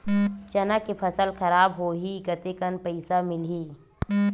चना के फसल खराब होही कतेकन पईसा मिलही?